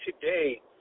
today